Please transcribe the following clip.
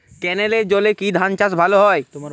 ক্যেনেলের জলে কি ধানচাষ ভালো হয়?